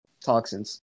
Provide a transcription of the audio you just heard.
toxins